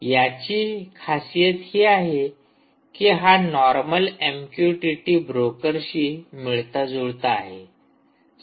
याची खासियत ही आहे की हा नॉर्मल एमक्यूटीटी ब्रोकरशी मिळताजुळता आहे